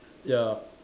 ya